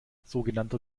sogenannter